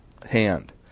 hand